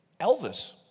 Elvis